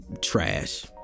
trash